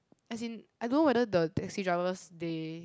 as in I don't know whether the taxi drivers they